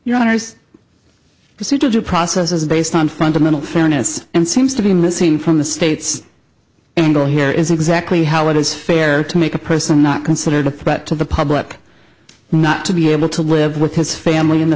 due process is based on fundamental fairness and seems to be missing from the state's angle here is exactly how it is fair to make a person not considered a threat to the public not to be able to live with his family in the